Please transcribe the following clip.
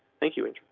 thank you in.